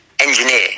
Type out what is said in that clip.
engineer